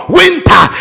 winter